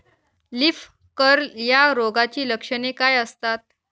Leaf curl या रोगाची लक्षणे काय असतात?